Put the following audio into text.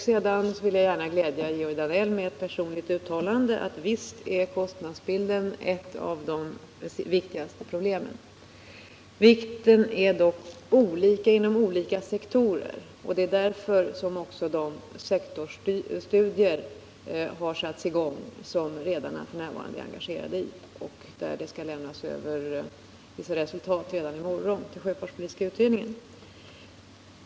Sedan vill jag gärna glädja Georg Danell med ett personligt uttalande om att kostnadsbilden visst är ett av de viktigaste problemen. Vikten är dock olika inom olika sektorer, och det är också därför det satts i gång sektorsstudier, som redarna f. n. är engagerade i. Det skall lämnas över vissa resultat redan i morgon till sjöfartspolitiska utredningen.